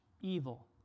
evil